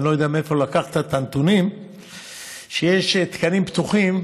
אני לא יודע מאיפה לקחת את הנתונים שיש תקנים פתוחים,